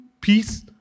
peace